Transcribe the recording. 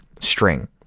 string